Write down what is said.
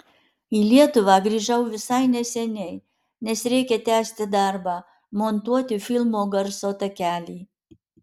į lietuvą grįžau visai neseniai nes reikia tęsti darbą montuoti filmo garso takelį